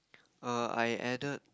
err I added